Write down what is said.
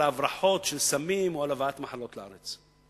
ההברחות של סמים או על הבאת מחלות לארץ.